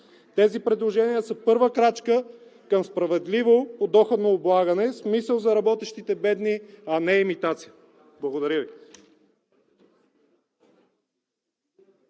Тези предложения са първа крачка към справедливо подоходно облагане с мисъл за работещите бедни, а не имитация! Благодаря Ви.